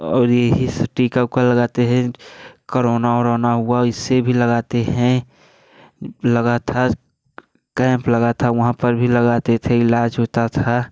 और यही सब टीका विका लगाते हैं कोरोना वोरोना हुआ इससे भी लगाते हैं लगा था कैंप लगा था वहाँ पर भी लगाते थे इलाज होता था